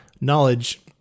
knowledge